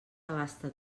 abasta